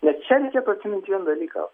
nes čia reikėtų atsimint vieną dalyką